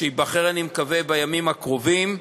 שייבחר, אני מקווה, בימים הקרובים.